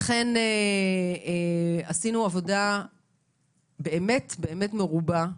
לכן עשינו עבודה באמת מרובה,